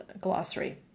glossary